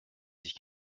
sich